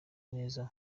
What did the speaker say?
neza